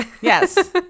Yes